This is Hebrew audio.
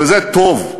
וזה טוב.